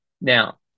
Now